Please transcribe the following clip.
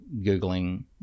Googling